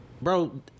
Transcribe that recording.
Bro